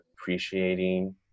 appreciating